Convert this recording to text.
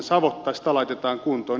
sitä laitetaan kuntoon